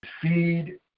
feed